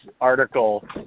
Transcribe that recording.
article